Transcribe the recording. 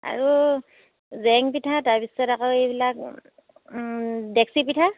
আৰু জেং পিঠা তাৰপিছত আকৌ এইবিলাক ডেকচি পিঠা